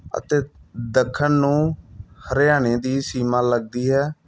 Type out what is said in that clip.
ਅਤੇ ਦੱਖਣ ਨੂੰ ਹਰਿਆਣੇ ਦੀ ਸੀਮਾ ਲੱਗਦੀ ਹੈ